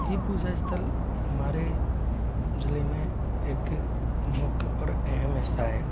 ये पूजा स्थल हमारे जिले में एक मुख्य और अहम हिस्सा है